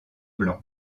blanc